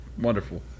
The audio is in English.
Wonderful